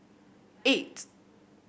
eight